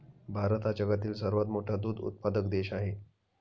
भारत हा जगातील सर्वात मोठा दूध उत्पादक देश आहे